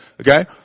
Okay